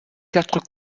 quatre